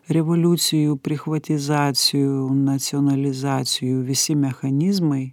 revoliucijų prichvatizacijų nacionalizacijų visi mechanizmai